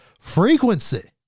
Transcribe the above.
frequency